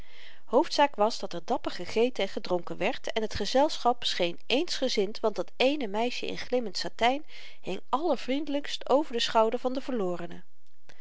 hoofdzaak was dat er dapper gegeten en gedronken werd en t gezelschap scheen eensgezind want dat eene meisje in glimmend satyn hing allervriendelykst over den schouder van den verlorene